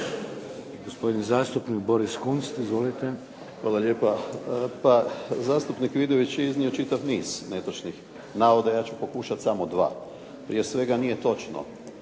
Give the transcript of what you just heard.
Gospodin zastupnik Boris Kunst. Izvolite. **Kunst, Boris (HDZ)** Hvala lijepa. Pa zastupnik Vidović je iznio čitav niz netočnih navoda, ja ću pokušati samo dva. Prije svega, nije točno